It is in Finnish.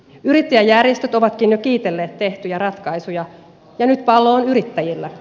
yrittäjäjärjestöt ovatkin jo kiitelleet tehtyjä ratkaisuja ja nyt pallo on yrittäjillä